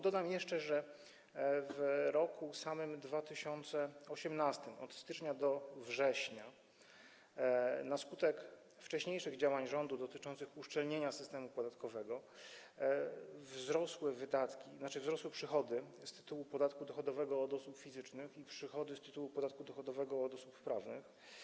Dodam jeszcze, że w samym roku 2018, od stycznia do września, na skutek wcześniejszych działań rządu dotyczących uszczelnienia systemu podatkowego wzrosły przychody z tytułu podatku dochodowego od osób fizycznych i przychody z tytułu podatku dochodowego od osób prawnych.